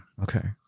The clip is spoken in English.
okay